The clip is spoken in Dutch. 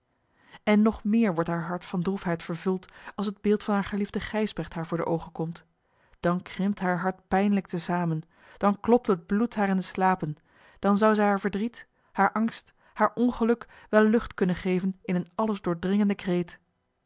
en nog meer wordt haar hart van droefheid vervuld als het beeld van haar geliefden gijsbrecht haar voor de oogen komt dan krimpt haar hart pijnlijk te zamen dan klopt het bloed haar in de slapen dan zou zij haar verdriet haar angst haar ongeluk wel lucht kunnen geven in een allesdoordringenden kreet